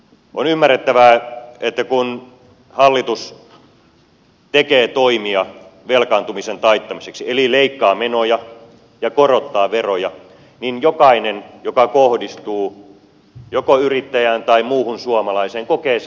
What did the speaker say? on ymmärrettävää että kun hallitus tekee toimia velkaantumisen taittamiseksi eli leikkaa menoja ja korottaa veroja niin jokainen joka kohdistuu joko yrittäjään tai muuhun suomalaiseen koetaan vaikeana